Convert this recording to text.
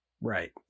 Right